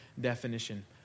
definition